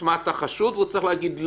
אתה חשוד והוא צריך להגיד,